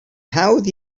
hawdd